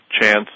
chance